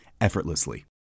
effortlessly